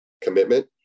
commitment